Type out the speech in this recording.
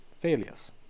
failures